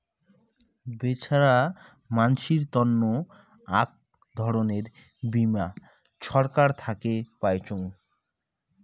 বেছেরা মানসির তন্ন আক ধরণের বীমা ছরকার থাকে পাইচুঙ